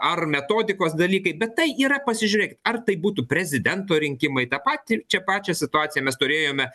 ar metodikos dalykai bet tai yra pasižiūrėkit ar tai būtų prezidento rinkimai tą patį čia pačią situaciją mes turėjome